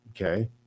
Okay